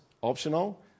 optional